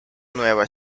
nueva